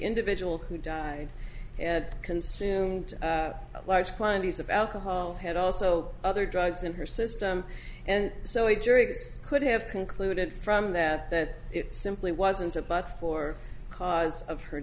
individual who died consumed a large quantities of alcohol had also other drugs in her system and so he jurors could have concluded from that that it simply wasn't a but for cause of her